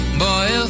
boy